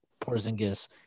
Porzingis